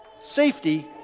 safety